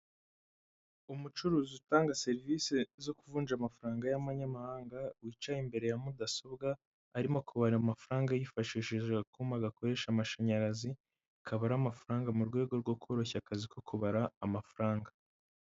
Umucuruzi utanga serivisi zo kuvunja amafaranga y'amanyamahanga, wicaye imbere ya mudasobwa arimo kubara amafaranga yifashishije akuma gakoresha amashanyarazi kabara amafaranga mu rwego rwo koroshya akazi ko kubara amafaranga.